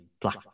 black